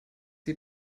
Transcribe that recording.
sie